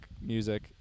music